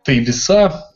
tai visa